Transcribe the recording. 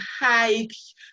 hikes